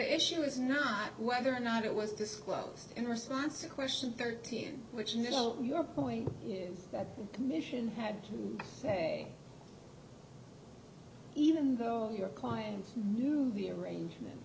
issue is not whether or not it was disclosed in response to question thirteen which note your point is that commission had to say even though your client knew the arrangement